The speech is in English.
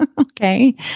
okay